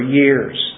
years